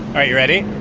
right, you ready?